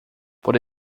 por